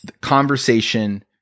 conversation